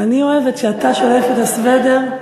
בחדר ממוזג, אני אוהבת שאתה שולף את הסוודר,